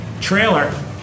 trailer